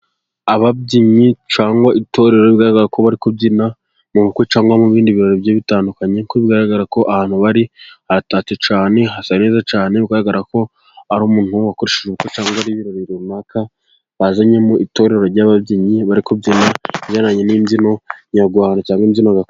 Ababyinnyi cyangwa itorero, bigaragara ko bari kubyina, mu bukwe cyangwa mu bindi birori bitandukanye. Kuko bigaragara ko ahantu bari hatatse cyane, hasa neza cyane. Bigaragara ko ari umuntu wakoresheje ubukwe cyangwa ari ibirori runaka. Bazanyemo itorero ry'ababyinnyi bari kubyina n'imbyino nyarwanda cyangwa imbyino gakondo.